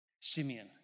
Simeon